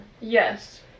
Yes